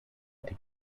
die